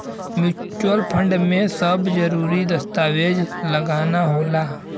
mutual fund में सब जरूरी दस्तावेज लगाना होला